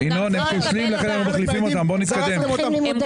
זרקתם אותם.